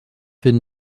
hin